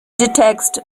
detects